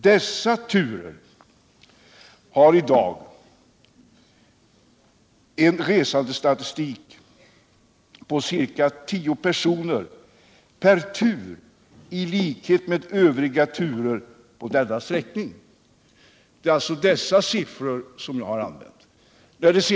Dessa turer har i dag enligt bilagda resandestatistik ett resande på ca tio personer per tur i likhet med övriga turer på denna sträckning.” — Det är alltså dessa siffror jag har använt.